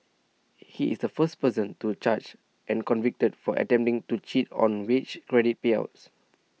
he is the first person to charged and convicted for attempting to cheat on wage credit payouts